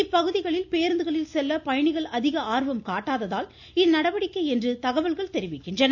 இப்பகுதிகளில் பேருந்துகளில் செல்ல பயணிகள் அதிக ஆர்வம் காட்டாததால் இந்நடவடிக்கை என்று தகவல்கள் தெரிவிக்கின்றன